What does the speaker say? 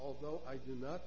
although i do not